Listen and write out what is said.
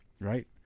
Right